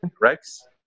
Rex